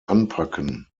anpacken